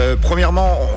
premièrement